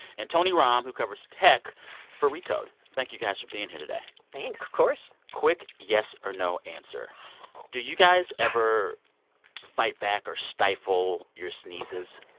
and tony romm, who covers tech for recode thank you, guys, for being here today thanks of course quick yes or no answer do you guys ever fight back or stifle your sneezes?